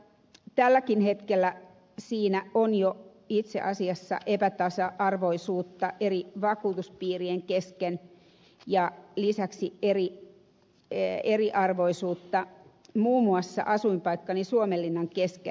tälläkin hetkellä siinä on jo itse asiassa epätasa arvoisuutta eri vakuutuspiirien kesken ja lisäksi eriarvoisuutta muun muassa asuinpaikkani suomenlinnan kesken